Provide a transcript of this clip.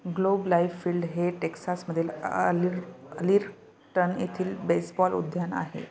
globe Life Field हे टेक्सासमधील अलिर अलिरटन येथील बेसबॉल उद्यान आहे